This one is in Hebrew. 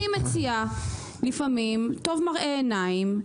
לפעמים טוב מראה עיניים,